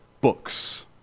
books